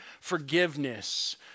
forgiveness